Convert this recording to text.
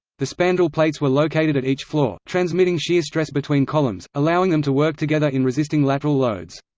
the spandrel plates were located at each floor, transmitting shear stress between columns, allowing them to work together in resisting lateral loads.